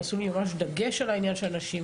עשו לי ממש דגש על העניין של הנשים.